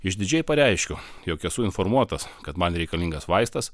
išdidžiai pareiškiu jog esu informuotas kad man reikalingas vaistas